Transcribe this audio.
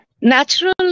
Natural